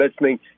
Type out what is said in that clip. listening